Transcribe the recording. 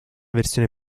versione